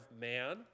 man